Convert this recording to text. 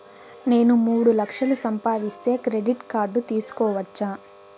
నేను మూడు లక్షలు సంపాదిస్తే క్రెడిట్ కార్డు తీసుకోవచ్చా?